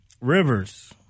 Rivers